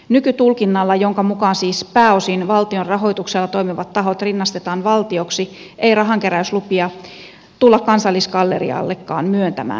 nykytulkinnalla jonka mukaan siis pääosin valtion rahoituksella toimivat tahot rinnastetaan valtioksi ei rahankeräyslupia tulla kansallisgalleriallekaan myöntämään